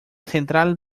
central